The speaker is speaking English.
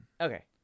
Okay